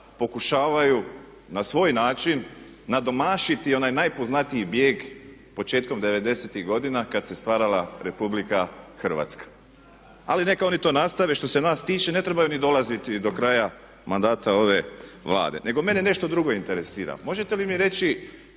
pokušavaju na svoj način nadmašiti onaj najpoznatiji bijeg početkom '90.-ih godina kada se stvarala RH. Ali neka oni to nastave, što se nas tiče, ne trebaju ni dolaziti do kraja mandata ove Vlade. Nego mene nešto drugo interesira, možete li mi reći